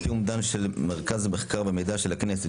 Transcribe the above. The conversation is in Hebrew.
על-פי אומדן מרכז המחקר והמידע של הכנסת,